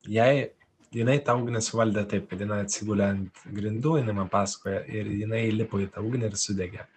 jai jinai ta ugnis valdė taip kad jinai atsigulė ant grindų jinai man pasakoja ir jinai įlipo į tą ugnį ir sudegė